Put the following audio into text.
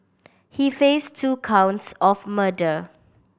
he face two counts of murder